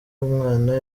w’umwana